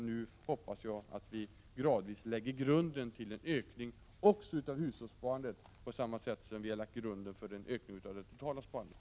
Nu hoppas jag att vi gradvis lägger grunden till en ökning också av hushållssparandet på samma sätt som vi har lagt grunden till en ökning av det totala sparandet.